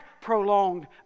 prolonged